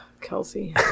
Kelsey